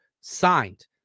signed